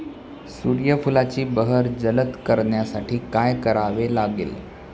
सूर्यफुलाची बहर जलद करण्यासाठी काय करावे लागेल?